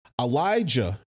Elijah